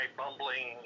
bumbling